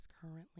currently